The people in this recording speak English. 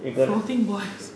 floating voice